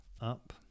Up